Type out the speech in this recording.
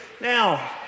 Now